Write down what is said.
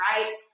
right